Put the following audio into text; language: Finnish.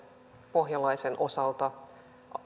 pohjalaisen osalta